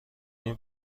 این